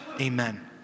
Amen